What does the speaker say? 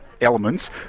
elements